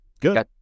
good